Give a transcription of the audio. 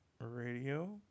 radio